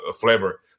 flavor